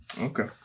Okay